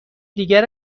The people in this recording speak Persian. دیگر